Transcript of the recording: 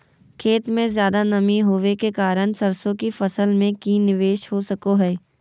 खेत में ज्यादा नमी होबे के कारण सरसों की फसल में की निवेस हो सको हय?